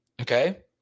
okay